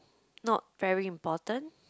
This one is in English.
not very important